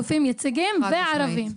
גופים יציגים וערבים.